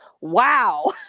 Wow